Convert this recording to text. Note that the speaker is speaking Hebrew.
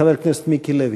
חבר הכנסת מיקי לוי.